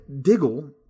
Diggle